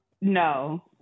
No